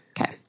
Okay